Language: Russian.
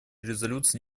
резолюции